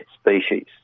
species